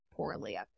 poorly